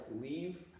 leave